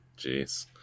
Jeez